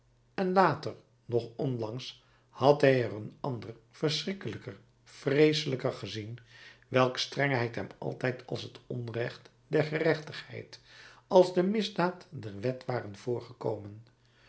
en later nog onlangs had hij er een ander verschrikkelijker vreeselijker gezien welks strengheden hem altijd als het onrecht der gerechtigheid als de misdaad der wet waren